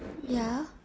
ya